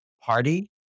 party